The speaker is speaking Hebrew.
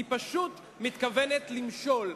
היא פשוט מתכוונת למשול.